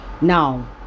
now